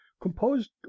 composed